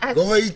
לא ראיתי.